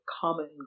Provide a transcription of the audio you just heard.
common